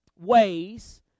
ways